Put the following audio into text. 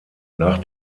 nach